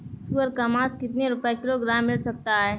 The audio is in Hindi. सुअर का मांस कितनी रुपय किलोग्राम मिल सकता है?